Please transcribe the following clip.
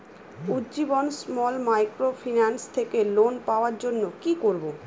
Ujjivan small microfinance থেকে loan পাওয়ার জন্য কি করব?